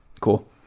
Cool